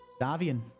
Davian